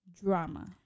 drama